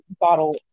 bottle